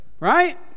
right